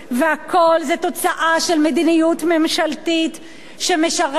והכול זה תוצאה של מדיניות ממשלתית שמשרתת את